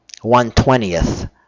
one-twentieth